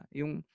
yung